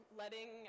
letting